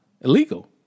illegal